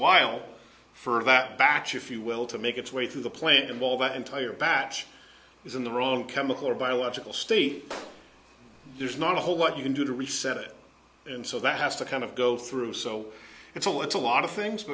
while for that back if you will to make its way through the plant and while that entire batch is in the wrong chemical or biological state there's not a whole lot you can do to reset it and so that has to kind of go through so it's all it's a lot of things